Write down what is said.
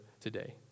today